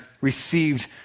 received